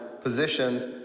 positions